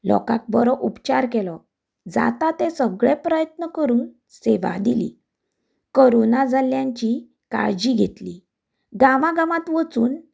लोकांक बरो उपचार केलो जाता तें सगळें प्रयत्न करून सेवा दिली कोरोना जाल्ल्यांची काळजी घेतली गांवां गांवांत वचून